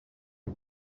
est